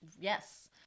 Yes